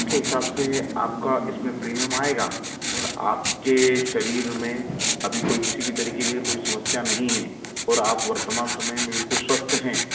उसके हिसाब से आपका इसमें प्रीमियम आएगा और आप के शरीर में अभी कोई किसी भी तरीके की अगर कोई समस्या नहीं है और आप वर्तमान समय में बिल्कुल स्वस्थ हैं